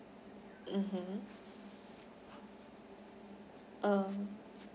mmhmm um